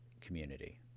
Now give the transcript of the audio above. community